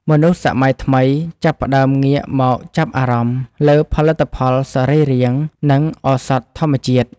មនុស្សសម័យថ្មីចាប់ផ្តើមងាកមកចាប់អារម្មណ៍លើផលិតផលសរីរាង្គ និងឱសថធម្មជាតិ។